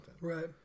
Right